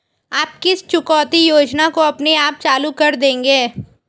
आप किस चुकौती योजना को अपने आप चालू कर देंगे?